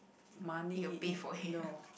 money if no